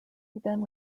then